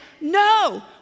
no